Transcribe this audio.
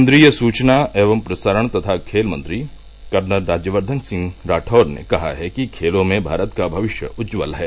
केन्द्रीय सूचना एवं प्रसारण तथा खेल मंत्री कर्नल राज्यवर्क्धन सिंह राठौड़ ने कहा है कि खेलों में भारत का भविष्य उज्ज्वल है